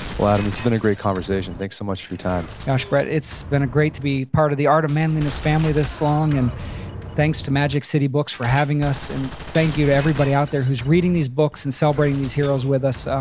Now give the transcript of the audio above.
well, adam this has been a great conversation. thanks so much for your time gosh, brett, it's been great to be part of the art of manliness family this long. and thanks to magic city books for having us. and thank you to everybody out there who's reading these books and celebrating these heroes with us.